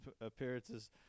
appearances